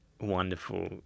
wonderful